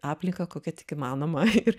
aplinką kokia tik įmanoma ir